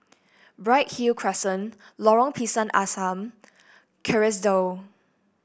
Bright Hill Crescent Lorong Pisang Asam Kerrisdale